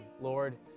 Lord